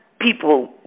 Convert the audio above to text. people